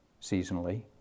seasonally